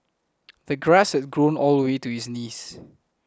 the grass had grown all the way to his knees